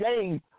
game